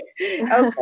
okay